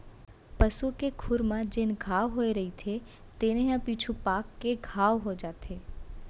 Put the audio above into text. पसू के खुर म जेन घांव होए रइथे तेने ह पीछू पाक के घाव हो जाथे